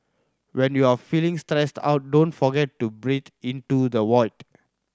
when you are feeling stressed out don't forget to breathe into the void